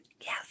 Yes